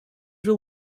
will